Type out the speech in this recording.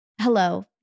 hello